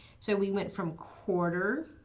so we went from quarter,